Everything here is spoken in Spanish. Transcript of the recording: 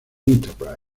enterprise